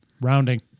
Rounding